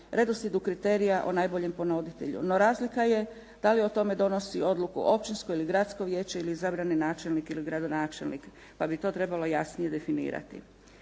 redoslijedu kriterija o najboljem ponuditelju, no razlika je da li o tome donosi odluku općinsko ili gradsko vijeće ili izabrani načelnik ili gradonačelnik pa bi to trebalo jasnije definirati.